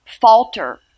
falter